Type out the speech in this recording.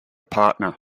partner